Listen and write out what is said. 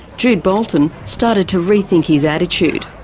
jude bolton started to re-think his attitude.